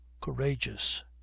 courageous